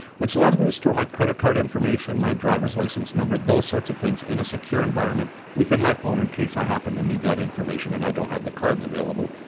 which allows me to store my credit card information, my driver's license number, those sorts of things in a secure environment within my phone in case i happened to need that information and i don't have the cards available.